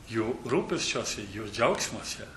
jų rūpesčiuose jų džiaugsmuose